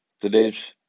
Today's